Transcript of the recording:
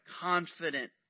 confident